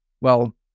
well-